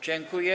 Dziękuję.